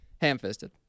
Ham-fisted